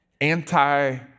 anti